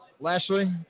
Lashley